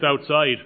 outside